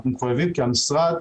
אנחנו מחויבים, כי המשרד,